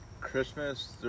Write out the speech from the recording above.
Christmas